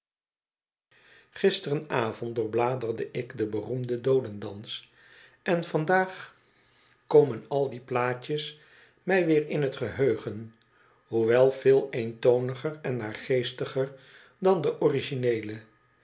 gisterenavond doorbladerde ik de beroemde doodendans en vandaag komen al die plaatjes mij weer in het geheugen hoewel veel eentoniger en naargeestiger dan de origineele